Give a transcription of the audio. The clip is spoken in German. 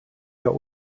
der